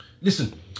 Listen